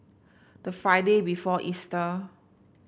the Friday before Easter